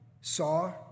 saw